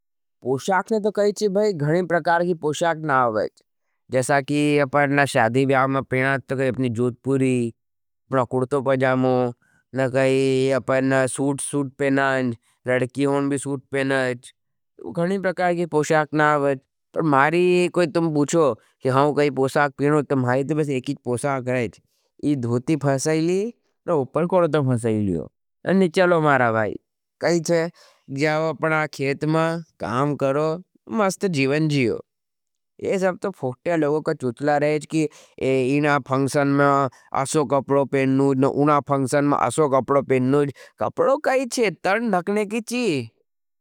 पोशाकने तो कहीची भई गढ़ी प्रकार गी पोशाक नाओज जसा की अपना शादी वियाव में पेनात। तो कही अपनी जूदपुरी, अपना कुड़तो पजामो न कही अपना सूट सूट पेनाज, रडकीयोंन भी सूट पेनाज उखनी प्रकार जी पोशाक ना आवज़ पर मारी। कोई तुम पूछो कि हाँ काई पोशाक पीनो तम्हारी ते बस एकीज पोशाक रहेज। इद्धोती फ़सेली न उपर करते फ़सेलियो न नि चलो मारा भाई कही छे जाओ अपना खेट मा काम करो। मस्त जीवन जीओ ये सब तो फोट्या लोगो को चुछला रहेज। कि इना फंक्षन में आशो कपड़ो पेनो जन उना फंक्षन में आशो कपड़ो पेनो जन कपड़ो काई छे तन धखने की चीज।